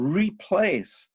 replace